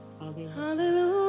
Hallelujah